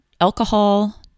alcohol